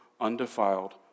undefiled